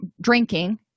drinking